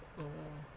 oh